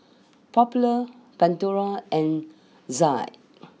popular Pandora and Za